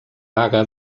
vaga